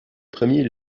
premier